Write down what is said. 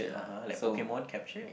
(uh huh) like Pokemon capture